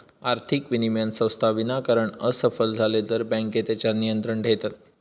आर्थिक विनिमय संस्था विनाकारण असफल झाले तर बँके तेच्यार नियंत्रण ठेयतत